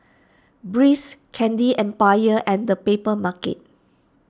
Breeze Candy Empire and the Papermarket